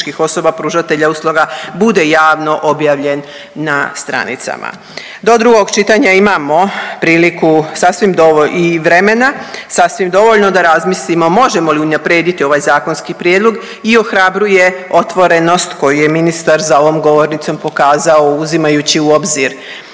osoba pružatelja usluga bude javno objavljen na stranicama. Do drugog čitanja imamo priliku i vremena sasvim dovoljno da razmislimo možemo li unaprediti ovaj zakonski prijedlog i ohrabruje otvorenost koju je ministar za ovom govornicom pokazao uzimajući u obzir